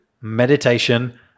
meditation